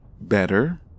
Better